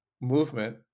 movement